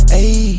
Hey